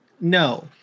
no